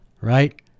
right